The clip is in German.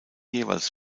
jeweils